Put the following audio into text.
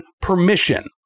permission